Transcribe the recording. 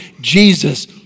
Jesus